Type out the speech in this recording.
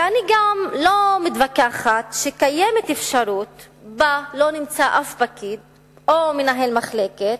ואני גם לא מתווכחת שקיימת אפשרות שלא נמצא אף פקיד או מנהל מחלקה,